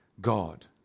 God